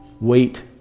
Wait